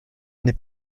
n’est